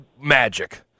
magic